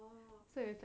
so it's like